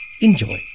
Enjoy